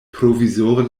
provizore